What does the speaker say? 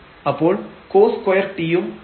അപ്പോൾ cos2 t യും ഉണ്ട്